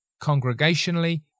congregationally